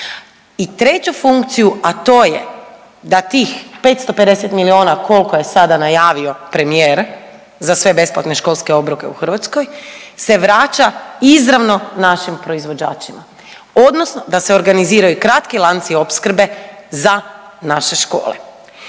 i treću funkciju, a to je da tih 550 miliona koliko je sada najavio premijer za sve besplatne školske obroke u Hrvatskoj se vraća izravno našim proizvođačima odnosno da se organiziraju kratki lanci opskrbe za naše škole.